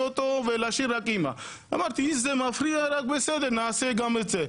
אותו ולהשאיר רק את אמא אמרתי אם זה מפריע בסדר נעשה גם את זה.